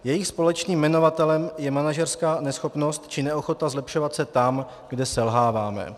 Jejich společným jmenovatelem je manažerská neschopnost či neochota zlepšovat se tam, kde selháváme.